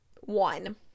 One